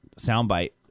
soundbite